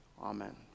Amen